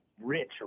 rich